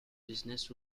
business